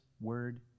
word